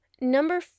Number